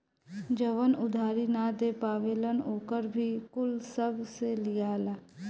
जवन उधारी ना दे पावेलन ओकर घर भी कुल सब ले लियाला